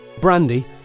Brandy